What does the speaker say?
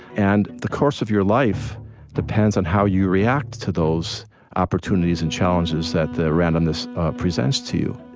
and the course of your life depends on how you react to those opportunities and challenges that the randomness presents to you.